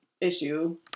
issue